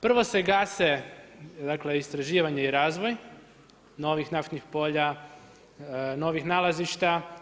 Prvo se gase istraživanje i razvoj novih naftnih polja, novih nalazišta.